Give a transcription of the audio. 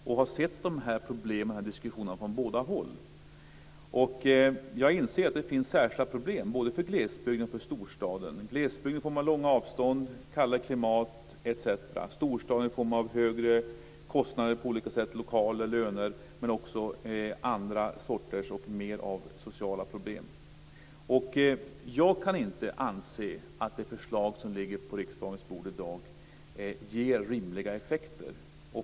Jag har sett dessa problem och dessa diskussioner från båda håll. Jag inser att det finns särskilda problem både för glesbygden och för storstaden. I glesbygden finns problemen i form av långa avstånd, kallare klimat etc. och i storstaden i form av högre kostnader för t.ex. lokaler och löner men också i form av fler sociala problem. Jag kan inte anse att det förslag som ligger på riksdagens bord i dag ger rimliga effekter.